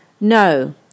No